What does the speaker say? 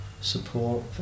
support